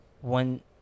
one